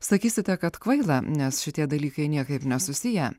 sakysite kad kvaila nes šitie dalykai niekaip nesusiję